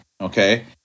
okay